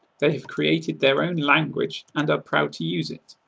they have created their own language and are proud to use it.